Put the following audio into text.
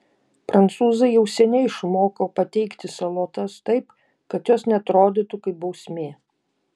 prancūzai jau seniai išmoko pateikti salotas taip kad jos neatrodytų kaip bausmė